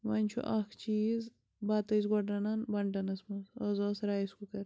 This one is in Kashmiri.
وۄنۍ چھُ اَکھ چیٖز بَتہٕ ٲسۍ گۄڈٕ رَنان بَنٹَنَس منٛز آز آوُس رایِس کُکَر